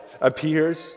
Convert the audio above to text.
appears